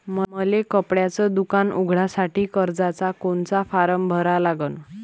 मले कपड्याच दुकान उघडासाठी कर्जाचा कोनचा फारम भरा लागन?